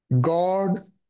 God